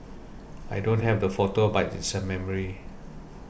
I don't have the photo but it's a memory